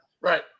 Right